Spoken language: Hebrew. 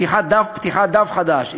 פתיחת דף חדש,